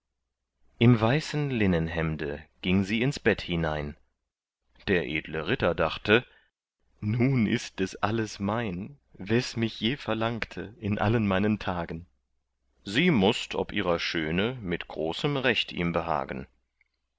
im weißen linnenhemde ging sie ins bett hinein der edle ritter dachte nun ist das alles mein wes mich je verlangte in allen meinen tagen sie mußt ob ihrer schöne mit großem recht ihm behagen